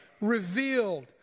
revealed